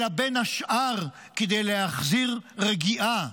אלא בין השאר כדי להחזיר רגיעה,